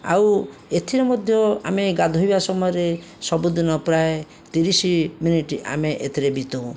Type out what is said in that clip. ଆଉ ଏଥିରେ ମଧ୍ୟ ଆମେ ଗାଧୋଇବା ସମୟରେ ସବୁଦିନ ପ୍ରାୟ ତିରିଶ ମିନିଟ୍ ଆମେ ଏଥିରେ ବିତାଉ